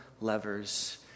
levers